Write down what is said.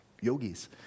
yogis